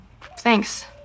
thanks